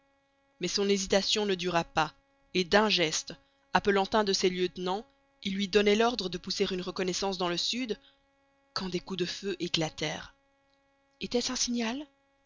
mais son hésitation ne dura pas et d'un geste appelant un de ses lieutenants il lui donnait l'ordre de pousser une reconnaissance dans le sud quand des coups de feu éclatèrent était-ce un signal